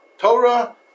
Torah